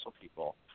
people